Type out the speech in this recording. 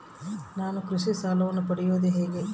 ನಾನು ಕೃಷಿ ಸಾಲವನ್ನು ಪಡೆಯೋದು ಹೇಗೆ?